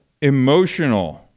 emotional